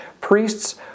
priests